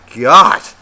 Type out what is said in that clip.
God